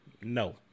No